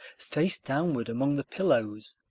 face downward among the pillows.